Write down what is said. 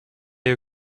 you